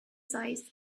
size